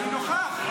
אני נוכח.